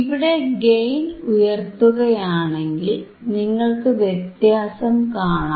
ഇവിടെ ഗെയിൻ ഉയർത്തുകയാണെങ്കിൽ നിങ്ങൾക്കു വ്യത്യാസം കാണാം